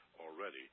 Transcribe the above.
already